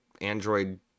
Android